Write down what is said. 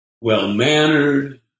well-mannered